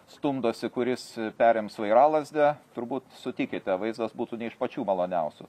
stumdosi kuris perims vairalazdę turbūt sutikite vaizdas būtų ne iš pačių maloniausių